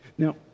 Now